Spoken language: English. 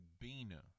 Bina